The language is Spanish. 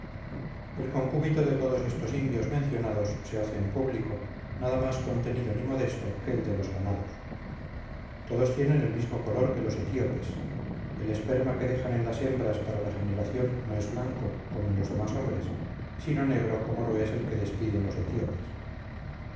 el concúbito de todos estos indios mencionados se hace en público nada más contenido ni modesto que el de los ganados todos tienen el mismo color que los etíopes el esperma que dejan en las hembras para la generación no es blanco como en los demás hombres sino negro como lo es el que despiden los etíopes